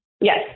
Yes